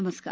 नमस्कार